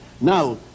Now